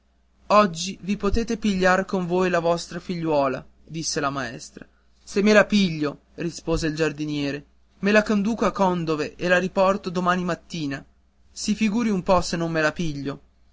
oggi vi potete pigliar con voi la vostra figliuola disse la maestra se me la piglio rispose il giardiniere me la conduco a condove e la riporto domani mattina si figuri un po se non me la piglio